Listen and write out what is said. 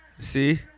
See